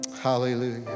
Hallelujah